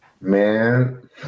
man